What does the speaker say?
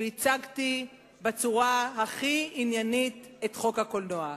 והצגתי בצורה הכי עניינית את חוק הקולנוע.